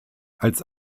als